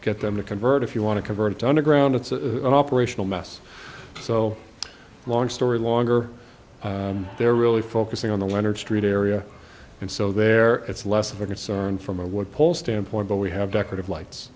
get them to convert if you want to convert to undergrad and it's a operational mess so long story longer they're really focusing on the leonard street area and so there it's less of a concern from a wood pole standpoint but we have decorative lights